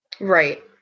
right